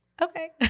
okay